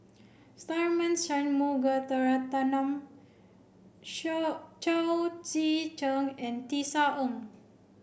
Tharman Shanmugaratnam Shao Chao Tzee Cheng and Tisa Ng